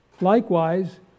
Likewise